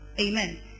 Amen